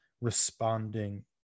responding